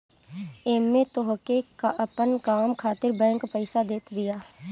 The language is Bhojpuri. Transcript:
एमे तोहके अपन काम खातिर बैंक पईसा देत बिया